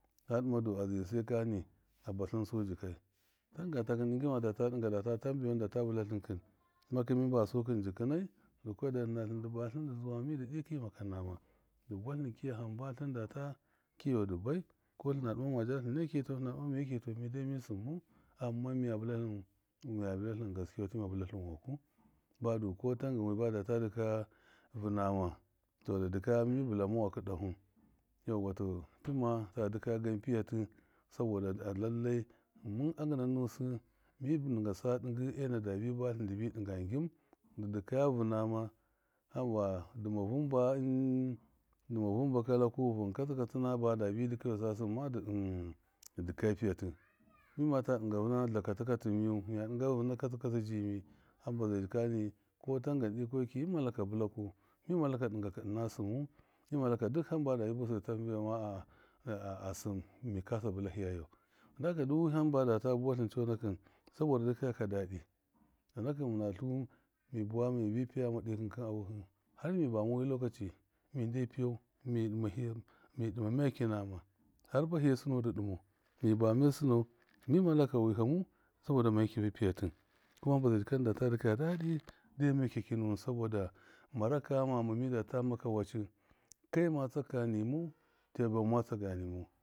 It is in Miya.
Ka ɗɨma du a zɨrɨ sai kani a batlɨn su zikai tangan takɨn ɗɨngɨ ma mindata bɨlatlɨn kɨn ninakɨn mi mbasu kɨn jɨkɨnai di kuya darhɨ dɨ batlɨn dɨ zuwa midɨ dɨkɨn mi maka nama dṫ buwatlɨn kiya hamba dabi kiya di bai kɔtlɨn dɨma maja tlɨneki tɔ midai mi sṫm mau, amma mya bilatlɨn- mya bilatlɨn gaskewatɨ mima bɨlatlɨn waku, badu kɔtangan wi ba data dɨkɔya vɨnama tɔ dɨ dikaya mi balame wakɨ ɗahu yau tɔ tima ta dɨkaya gan piyatɨ, zabɔda lallai mɨn anggɨna nusɨ mir ɗɨnga sa enadabi batlɨn dibi ɗɨnga ngin, dɨ dikoya vɨnama yauwa to dɨma vɨn dɨma vɨn ba kɔlaku vɨn katsɨ-katsɨn badabi dɨkayusa sɨmma dɨ dikɔya piyatṫ, mimata ɗɨnga vɨna lakatṫ-katṫ miyu, ɗinga vɨna katsɨ-katsɨ jimi, hamba zai jikani kɔtam gan ikoki mima laka bɨlaku mima laka dingɨ ɨna sɨmu, mima laka duk hamba dabi busɨ dɨ tam be sɨm mi kasa bɨla hiyayau dan haka du wiham badata buwa tlɨn cɔnakṫ sabɔda dɨkaya ka dadɨ cɔnakɨn mina tluwun mi buwa ma mibi piyama dɨkɨn kɨn a wuhɨ harmi bamawi lɔkaci mide piyau mi dɨma hira mi ɗɨma makyaki nama har bahiye suno dɨ dɨmau mi bame sɨno mima laka wiham sabɔda makyaki ba piyatɨ kuma hamba zai zika minda ta diya dadɨ ɗe makyaki nuwɨn sabɔda maraca ghamama midata maka wacɨ kai ma tsakani mau, lebaban ma tsaka nimau.